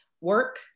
work